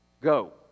Go